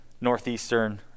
Northeastern